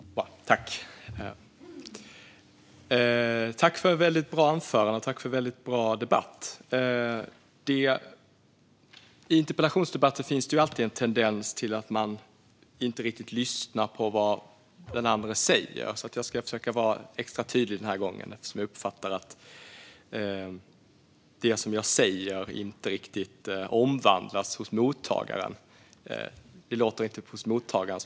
Fru talman! Tack för väldigt bra anföranden, och tack för väldigt bra debatt! I interpellationsdebatter finns alltid en tendens till att man inte riktigt lyssnar på vad den andra säger. Jag ska därför försöka vara extra tydlig den här gången, eftersom jag uppfattar att det som jag säger inte riktigt förstås av och omvandlas hos mottagaren.